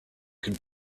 could